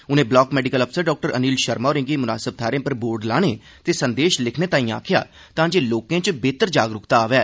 उनें block medical अफसर Dr Anil Sharma होरें गी मुनासब थाहरें पर बोर्ड लाने ते संदेश लिखने लेई आक्खेआ तां जे लोकें च बेह्तर जागरूकता आवै